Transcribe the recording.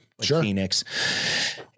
Phoenix